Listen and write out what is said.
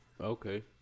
Okay